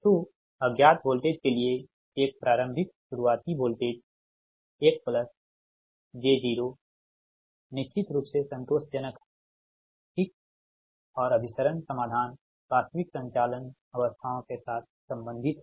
तो अज्ञात वोल्टेज के लिए एक प्रारंभिक शुरुआती वोल्टेज 1 प्लस j 0 निश्चित रूप से संतोषजनक है ठीक और अभिसरण समाधान वास्तविक संचालन अवस्थाओं के साथ संबंधित है